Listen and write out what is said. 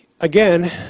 again